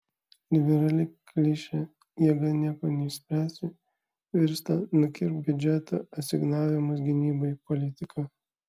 liberali klišė jėga nieko neišspręsi virsta nukirpk biudžeto asignavimus gynybai politika